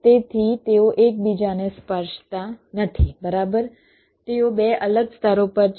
તેથી તેઓ એકબીજાને સ્પર્શતા નથી બરાબર તેઓ 2 અલગ સ્તરો પર છે